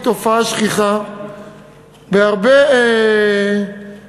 היא תופעה שכיחה בהרבה מערכות,